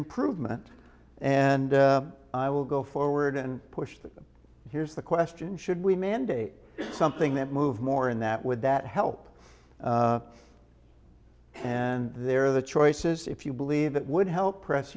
improvement and i will go forward and push that here's the question should we mandate something that move more in that would that help and they're the choices if you believe it would help press